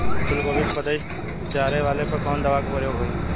फूलगोभी के पतई चारे वाला पे कवन दवा के प्रयोग होई?